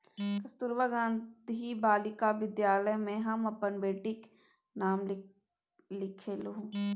कस्तूरबा गांधी बालिका विद्यालय मे हम अपन बेटीक नाम लिखेलहुँ